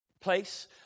place